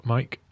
Mike